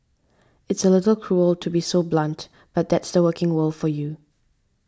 it's a little cruel to be so blunt but that's the working world for you